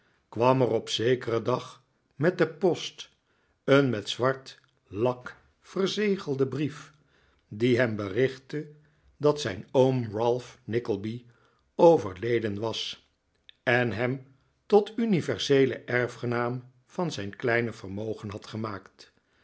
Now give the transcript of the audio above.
kwam er op zekeren dag met de post een met zwart lak verzegelde brief die hem berichtte dat zijn oom ralph nickleby overleden was en hem tot universeelen erfgenaam van zijn kleine vermogen had gemaakt